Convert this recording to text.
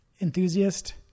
enthusiast